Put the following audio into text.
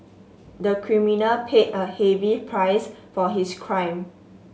the criminal paid a heavy price for his crime